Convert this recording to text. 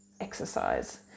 exercise